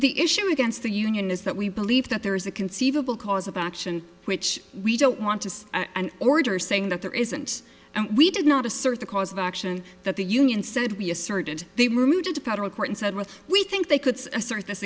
the issue against the union is that we believe that there is a conceivable cause of action which we don't want to see an order saying that there isn't and we did not assert the cause of action that the union said we asserted they were moved into federal court and said we think they could